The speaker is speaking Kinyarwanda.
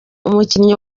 umukinnyi